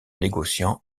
négociant